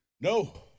No